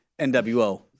NWO